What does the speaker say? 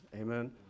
amen